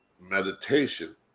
meditation